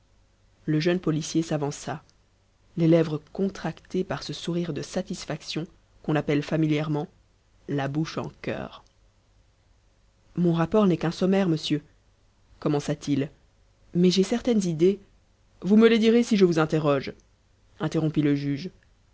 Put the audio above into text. le jeune policier s'avança les lèvres contractées par ce sourire de satisfaction qu'on appelle familièrement la bouche en cœur mon rapport n'est qu'un sommaire monsieur commença-t-il mais j'ai certaines idées vous me les direz si je vous interroge interrompit le juge